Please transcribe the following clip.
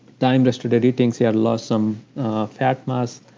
time-restricted eating, she had lost some fat mass.